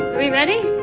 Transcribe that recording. we ready?